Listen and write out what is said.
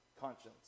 conscience